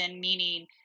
meaning